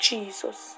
Jesus